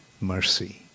mercy